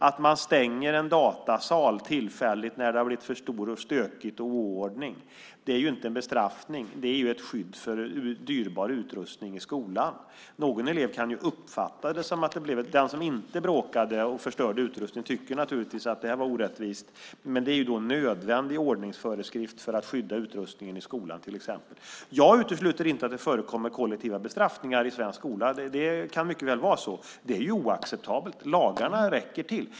Att man tillfälligt stänger en datasal när det har blivit för stökigt och oordning är inte en bestraffning. Det är ett skydd för dyrbar utrustning i skolan. Den elev som inte bråkade och förstörde utrustningen tycker naturligtvis att det här var orättvist, men det är då en nödvändig ordningsföreskrift för att skydda utrustningen i skolan, till exempel. Jag utesluter inte att det förekommer kollektiva bestraffningar i svensk skola. Det kan mycket väl vara så. Det är oacceptabelt. Lagarna räcker till.